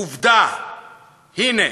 עובדה, הנה,